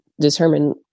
determine